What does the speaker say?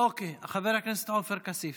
אוקיי, חבר הכנסת עופר כסיף.